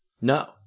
No